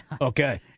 Okay